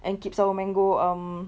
and keeps our mango um